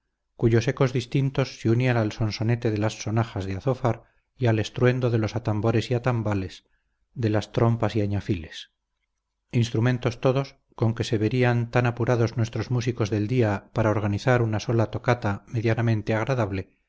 cuyos ecos distintos se unían al sonsonete de las sonajas de azófar y al estruendo de los atambores y atambales de las trompas y añafiles instrumentos todos con que se verían tan apurados nuestros músicos del día para organizar una sola tocata medianamente agradable